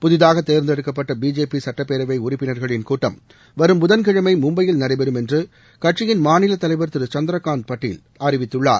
புதிதாக தேர்ந்தெடுக்கப்பட்ட பிஜேபி சுட்டப்பேரவை உறுப்பினர்களின் கூட்டம் வரும் புதன் கிழமை மும்பையில் நடைபெறும் என்று கட்சியின் மாநிலத் தலைவர் திரு சந்திரகாந்த் பாட்டீல் அறிவித்துள்ளார்